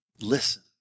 Listen